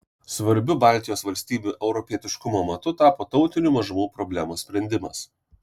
svarbiu baltijos valstybių europietiškumo matu tapo tautinių mažumų problemos sprendimas